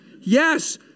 Yes